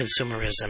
consumerism